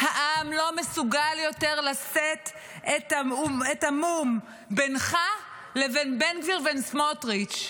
העם לא מסוגל יותר לשאת את המו"מ בינך לבין בן גביר לבין סמוטריץ'.